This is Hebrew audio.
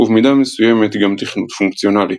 ובמידה מסוימת גם תכנות פונקציונלי.